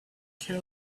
care